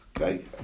Okay